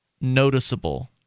noticeable